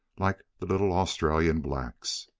like the little australian blacks.